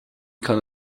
kann